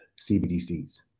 CBDCs